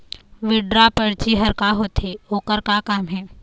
Withdraw परची हर का होते, ओकर का काम हे?